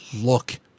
look